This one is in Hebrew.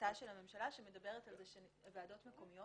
ההצעה של הממשלה מדברת על כך שוועדות מקומיות